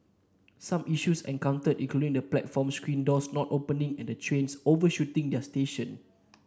some issues encountered included the platform screen doors not opening and trains overshooting their station